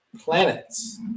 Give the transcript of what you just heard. Planets